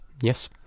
Yes